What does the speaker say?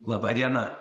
laba diena